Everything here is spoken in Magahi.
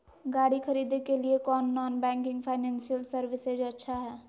गाड़ी खरीदे के लिए कौन नॉन बैंकिंग फाइनेंशियल सर्विसेज अच्छा है?